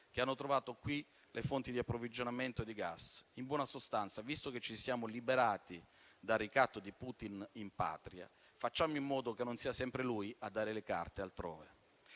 che hanno trovato qui le fonti di approvvigionamento di gas. In buona sostanza, visto che ci siamo liberati dal ricatto di Putin in patria, facciamo in modo che non sia sempre lui a dare le carte altrove.